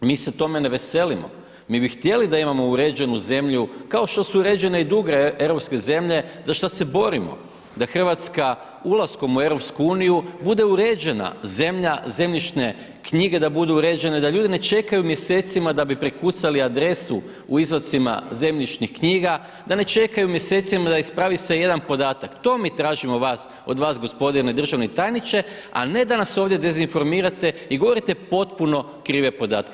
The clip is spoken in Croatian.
Mi se tome ne veselimo, mi bi htjeli da imamo uređenu zemlju kao što su uređene i druge europske zemlje za šta se borimo da Hrvatska ulaskom u EU bude uređena zemlja, zemljišne knjige da budu uređene, da ljudi ne čekaju mjesecima da bi prekucali adresu u izvadcima zemljišnih knjiga da ne čekaju mjesecima da ne ispravi se jedna podatak, to mi tražimo od vas gospodine državni tajniče, a ne da nas ovdje dezinformirate i govorite potpuno krive podatke.